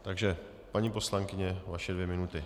Takže paní poslankyně, vaše dvě minuty.